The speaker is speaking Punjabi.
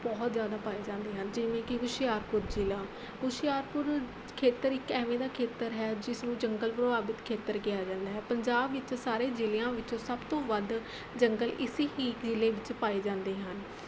ਬਹੁਤ ਜ਼ਿਆਦਾ ਪਾਏ ਜਾਂਦੇ ਹਨ ਜਿਵੇਂ ਕਿ ਹੁਸ਼ਿਆਰਪੁਰ ਜ਼ਿਲ੍ਹਾ ਹੁਸ਼ਿਆਰਪੁਰ ਖੇਤਰ ਇੱਕ ਐਵੇਂ ਦਾ ਖੇਤਰ ਹੈ ਜਿਸ ਨੂੰ ਜੰਗਲ ਪ੍ਰਭਾਵਿਤ ਖੇਤਰ ਕਿਹਾ ਜਾਂਦਾ ਹੈ ਪੰਜਾਬ ਵਿੱਚ ਸਾਰੇ ਜ਼ਿਲ੍ਹਿਆਂ ਵਿੱਚੋਂ ਸਭ ਤੋਂ ਵੱਧ ਜੰਗਲ ਇਸ ਹੀ ਜ਼ਿਲ੍ਹੇ ਵਿੱਚ ਪਾਏ ਜਾਂਦੇ ਹਨ